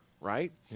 right